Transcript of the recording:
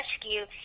rescue